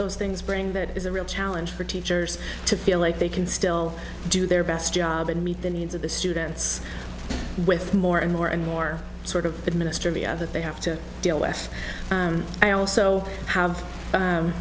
those things bring that is a real challenge for teachers to feel like they can still do their best job and meet the needs of the students with more and more and more sort of administer the of that they have to deal with i also have